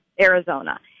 Arizona